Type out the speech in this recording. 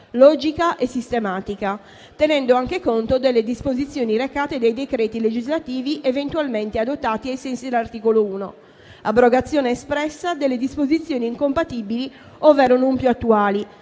logica e sistematica, tenendo anche conto delle disposizioni recate dai decreti legislativi eventualmente adottati ai sensi dell'articolo 1; abrogazione espressa delle disposizioni incompatibili, ovvero non più attuali.